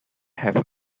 have